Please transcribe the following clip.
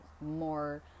more